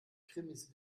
krimis